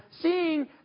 seeing